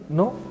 no